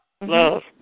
Love